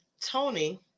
tony